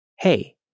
Hey